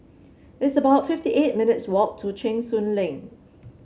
it's about fifty eight minutes' walk to Cheng Soon Lane